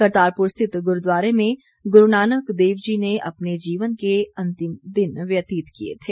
करतारपुर स्थित गुरुद्वारे में गुरुनानक देव जी ने अपने जीवन के अंतिम दिन व्यतीत किए थे